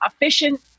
efficient